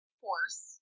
force